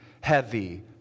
heavy